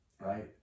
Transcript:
right